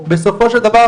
בסופו של דבר,